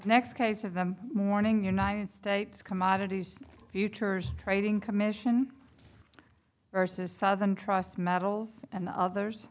next case of them morning united states commodities futures trading commission versus southern trust metals and othe